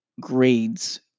grades